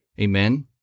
amen